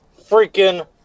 freaking